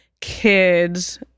kids